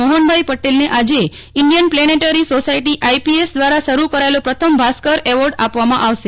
મોફનભાઈ પટેલને આજે Indian planetary society દ્વારા શરૂ કરાચેલો પ્રથમ ભાસ્કર એવોર્ડ આપવામાં આવશે